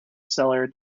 seller